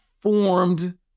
formed